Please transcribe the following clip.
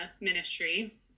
ministry